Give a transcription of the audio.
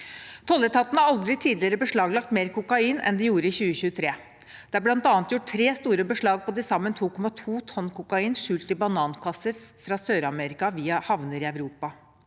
Tolletaten har aldri tidligere beslaglagt mer kokain enn de gjorde i 2023. Det er bl.a. gjort tre store beslag på til sammen 2,2 tonn kokain skjult i banankasser fra Sør-Amerika via havner i Europa.